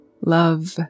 love